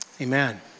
amen